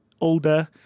older